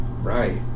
Right